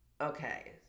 Okay